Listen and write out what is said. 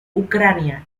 ucrania